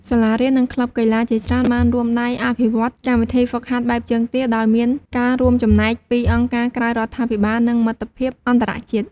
សាលារៀននិងក្លឹបកីឡាជាច្រើនបានរួមដៃអភិវឌ្ឍកម្មវិធីហ្វឹកហាត់បែបជើងទា ដោយមានការរួមចំណែកពីអង្គការក្រៅរដ្ឋាភិបាល និងមិត្តភាពអន្តរជាតិ។